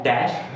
Dash